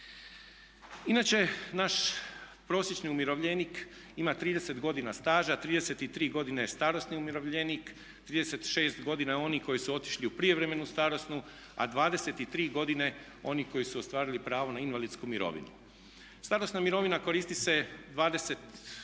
Inače naš prosječni umirovljenik ima 30 godina staža, 33 godine starosni umirovljenik, 26 godina oni koji su otišli u prijevremenu starosnu a 23 godine oni koji su ostvarili pravo na invalidsku mirovinu. Starosna mirovina koristi se 20,5 godina